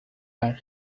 where